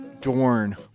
Dorn